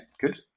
Good